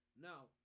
Now